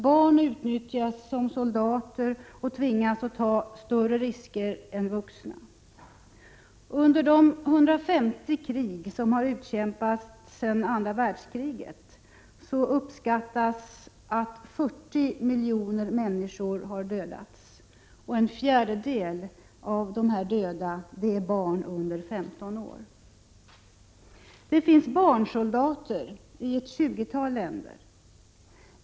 Barn utnyttjas som soldater och tvingas att ta större risker än vuxna. Under de 150 krig som har utkämpats sedan andra världskriget uppskattas 40 miljoner människor ha dödats, och en fjärdedel av dessa döda har varit barn under 15 år. Det finns barnsoldater i ett tjugotal länder.